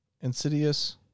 Insidious